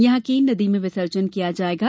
यहां केन नदी में विसर्जन किया जायेगा